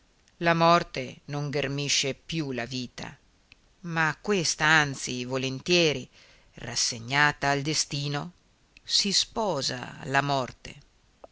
la morte non ghermisce più la vita ma questa anzi volentieri rassegnata al destino si sposa alla morte